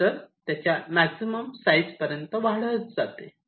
cluster त्याच्या maximum size पर्यंत वाढत जाते